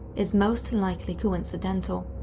is most and likely coincidental.